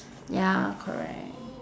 ya correct